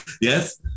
yes